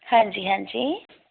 ਹਾਂਜੀ ਹਾਂਜੀ